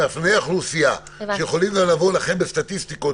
שמאפייני האוכלוסייה שיכולים לבוא לכם בסטטיסטיקות